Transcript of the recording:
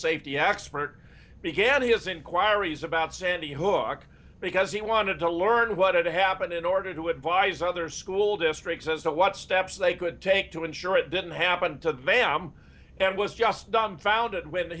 safety expert began his inquiries about sandy hook because he wanted to learn what it happened in order to advise other school districts as to what steps they could take to ensure it didn't happen to them and was just dumbfounded when the